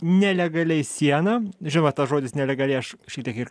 nelegaliai sieną žinot tas žodis nelegaliai aš šiek tiek ir